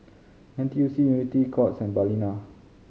N T U C Unity Courts and Balina